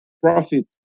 profit